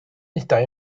munudau